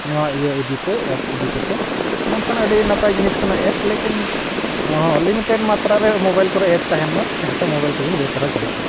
ᱱᱚᱣᱟ ᱤᱭᱟᱹ ᱤᱫᱤ ᱛᱮ ᱮᱯ ᱤᱫᱤ ᱠᱚᱛᱮ ᱢᱮᱱᱠᱷᱟᱱ ᱟᱹᱰᱤ ᱱᱟᱯᱟᱭ ᱡᱤᱱᱤᱥ ᱠᱟᱱᱟ ᱮᱯ ᱞᱮᱠᱤᱱ ᱦᱚᱸ ᱞᱤᱢᱤᱴᱮᱰ ᱢᱟᱛᱨᱟ ᱨᱮ ᱢᱚᱵᱟᱭᱤᱞ ᱠᱚᱨᱮ ᱮᱯ ᱛᱟᱦᱮᱱ ᱢᱟ ᱡᱟᱦᱟᱸᱛᱮ ᱢᱚᱵᱟᱭᱤᱞ ᱛᱮᱵᱮᱱ ᱵᱮᱥ ᱫᱷᱟᱨᱟ ᱪᱟᱞᱟᱜᱼᱟ